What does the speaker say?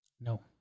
No